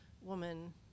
woman